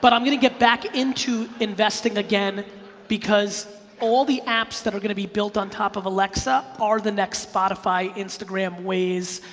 but i'm gonna get back into investing again because all the apps that are gonna be built on top of alexa are the next spotify, instagram, waze.